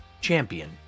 champion